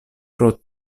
pro